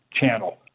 channel